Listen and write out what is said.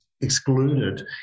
excluded